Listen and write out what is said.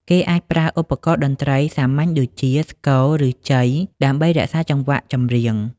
គេអាចប្រើឧបករណ៍តន្រ្តីសាមញ្ញដូចជា ស្គរ ឬ ជ័យ ដើម្បីរក្សាចង្វាក់ចម្រៀង។